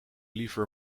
liever